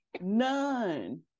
None